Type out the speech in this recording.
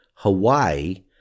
Hawaii